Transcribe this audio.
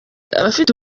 abafite